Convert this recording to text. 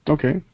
Okay